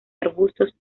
arbustos